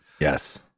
yes